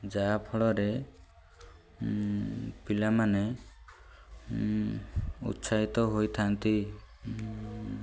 ଯାହାଫଳରେ ପିଲାମାନେ ଉତ୍ସାହିତ ହୋଇଥାନ୍ତି